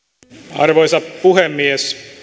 arvoisa puhemies